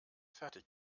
fertig